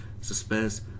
suspense